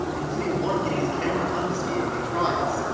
including one getting his camera confiscated when he tries.